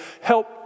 help